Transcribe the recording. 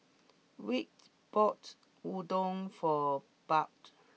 Vick bought Udon for Bud